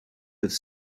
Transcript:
with